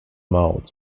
maude